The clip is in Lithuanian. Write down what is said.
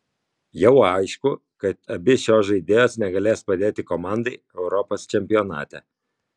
jau aišku kad abi šios žaidėjos negalės padėti komandai europos čempionate